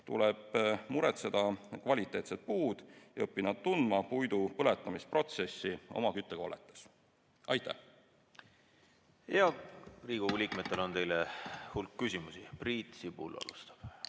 Tuleb muretseda kvaliteetsed puud ja õppida tundma puidu põletamise protsessi oma küttekolletes. Aitäh! Riigikogu liikmetel on teile hulk küsimusi. Priit Sibul alustab.